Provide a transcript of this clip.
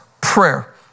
Prayer